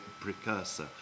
precursor